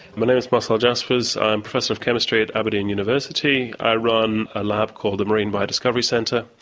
my name is marcel jaspers. i'm professor of chemistry at aberdeen university. i run a lab called the marine biodiscovery centre.